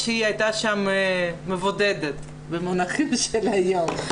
במיוחד שהיא הייתה שם מבודדת במונחים של היום.